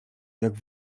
jak